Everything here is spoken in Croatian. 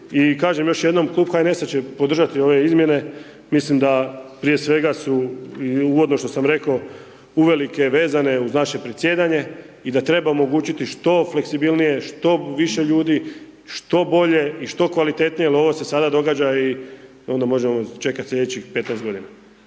kažem još jednom klub HNS-a će podržati ove izmjene, mislim da, prije svega, su i uvodno što sam rekao, uvelike vezane uz naše predsjedanje i da treba omogućiti što fleksibilnije, što više ljudi, što bolje i što kvalitetnije jel ovo se sada događa i onda možemo čekati slijedećih 15 godina,